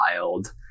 wild